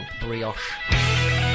Brioche